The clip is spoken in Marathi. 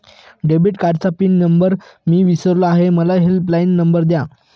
डेबिट कार्डचा पिन नंबर मी विसरलो आहे मला हेल्पलाइन नंबर द्या